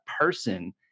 person